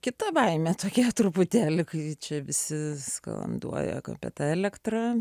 kita baimė tokia truputėlį kai čia visi skanduoja apie tą elektrą